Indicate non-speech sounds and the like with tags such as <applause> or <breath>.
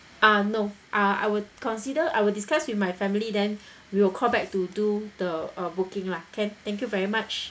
uh no uh I would consider I will discuss with my family then <breath> we will call back to do the uh booking lah can thank you very much